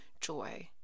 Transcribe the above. Joy